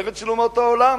ארץ של אומות העולם,